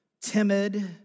timid